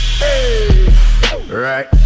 Right